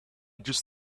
just